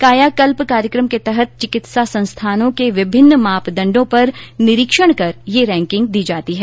कायकल्प कार्यक्रम के तहत चिकित्सा संस्थानों के विभिन्न मापदण्डों पर निरीक्षण कर यह रैंकिंग दी जाती है